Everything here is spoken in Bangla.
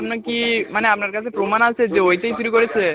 তা আপনার কি মানে আপনার কাছে প্রমাণ আছে যে ওইটাই চুরি করেছে